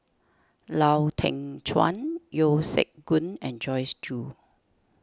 Lau Teng Chuan Yeo Siak Goon and Joyce Jue